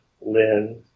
Lynn